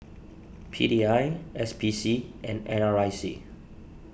P D I S P C and N R I C